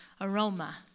aroma